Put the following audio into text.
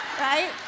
Right